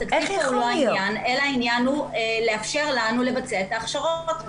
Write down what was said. התקציב הוא לא העניין אלא העניין הוא לאפשר לנו לבצע את ההכשרות.